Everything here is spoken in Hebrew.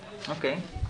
אוקיי.